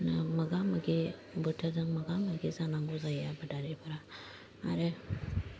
ना मोगा मोगि बोथोरजों मोगा मोगि जानांगौ जायो आबादारिफोरा आरो